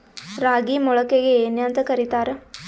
ರಾಗಿ ಮೊಳಕೆಗೆ ಏನ್ಯಾಂತ ಕರಿತಾರ?